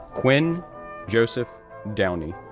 quinn joseph downie,